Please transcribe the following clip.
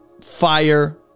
fire